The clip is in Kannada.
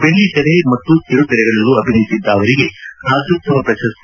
ಬೆಳ್ಳಿತೆರೆ ಮತ್ತು ಕಿರುತೆರೆಗಳಲ್ಲೂ ಅಭಿನಯಿಸಿದ್ದ ಅವರಿಗೆ ರಾಜ್ಯೋತ್ಸವ ಪ್ರಶಸ್ತಿ